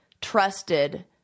trusted